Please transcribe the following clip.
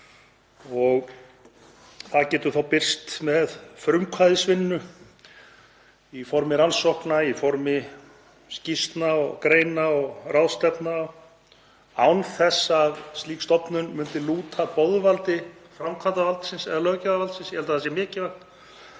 Það getur þá birst með frumkvæðisvinnu í formi rannsókna, í formi skýrslna og greina og ráðstefna án þess að slík stofnun myndi lúta boðvaldi framkvæmdarvaldsins eða löggjafarvaldsins. Ég held að það sé mikilvægt.